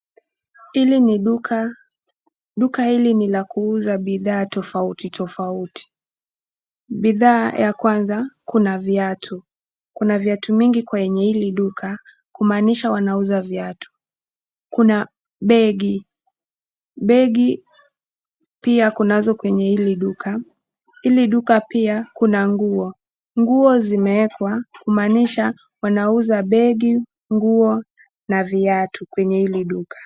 Hili ni duka, duka hili ni la kuuza bidhaa tofauti tofauti, bidhaa ya kwanza kuna viatu. Kuna vitu mingi kwenye hili duka kumaanisha wanauza viatu. Kuna begi, begi pia kunazo kwenye hili duka. Hili duka pia kuna nguo, nguo zimewekwa kumaanisha wanauza: begi, nguo na viatu kwenye hili duka.